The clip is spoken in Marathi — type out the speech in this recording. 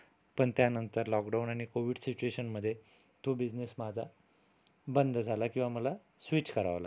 पण त्यानंतर लॉकडाऊन आणि कोव्हिड सिच्युएशनमधे तो बिझनेस माझा बंद झाला किंवा मला स्विच करावा लागला